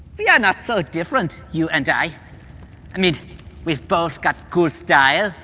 we are not so different, you and i. i mean we both got good style,